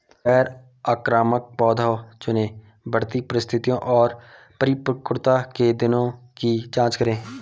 गैर आक्रामक पौधे चुनें, बढ़ती परिस्थितियों और परिपक्वता के दिनों की जाँच करें